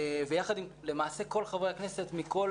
ויחד עם למעשה כל חברי הכנסת מכל